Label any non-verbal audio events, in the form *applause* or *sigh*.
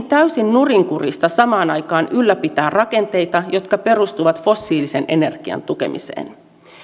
*unintelligible* täysin nurinkurista samaan aikaan ylläpitää rakenteita jotka perustuvat fossiilisen energian tukemiseen